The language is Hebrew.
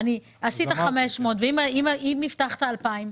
אם הבטחת 2,000,